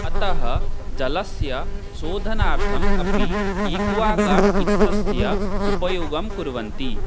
अतः जलस्य शोधनार्थम् अपि एक्वागार्ड् इत्यस्य उपयोगं कुर्वन्ति